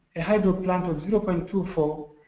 a hydro plant of zero point two four